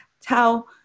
tell